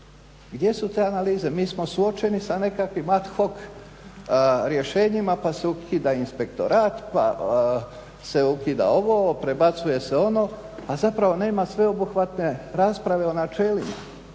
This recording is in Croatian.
gdje su te analize? Mi smo suočeni sa nekakvim ad hoc rješenjima pa se ukida inspektorat, pa se ukida ovo, prebacuje se ono, a zapravo nema sveobuhvatne rasprave o načelima.